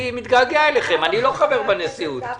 חבר הכנסת גפני,